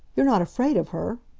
you're not afraid of her?